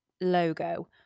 logo